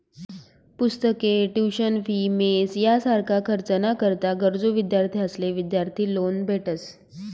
पुस्तके, tuition fee, mess यासारखा खर्च ना करता गरजू विद्यार्थ्यांसले विद्यार्थी लोन भेटस